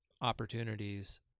opportunities